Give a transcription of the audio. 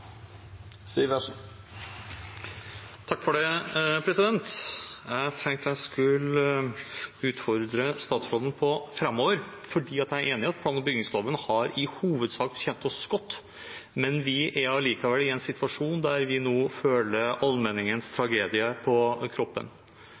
Det vert replikkordskifte. Jeg tenkte jeg skulle utfordre statsråden på hva som skal skje framover. Jeg er enig i at plan- og bygningsloven i hovedsak har tjent oss godt, men vi er allikevel i en situasjon der vi nå føler allmenningens